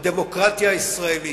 לדמוקרטיה הישראלית,